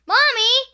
Mommy